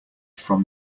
from